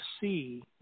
see